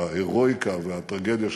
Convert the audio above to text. ההירואיקה והטרגדיה שבו,